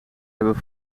hebben